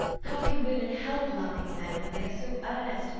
how can women help loving men when they are so earnest,